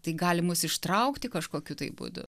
tai gali mus ištraukti kažkokiu tai būdu